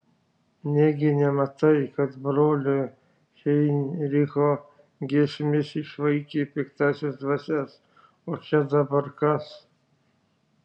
negi nematai kad brolio heinricho giesmės išvaikė piktąsias dvasias o čia dabar kas